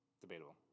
Debatable